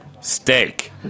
Steak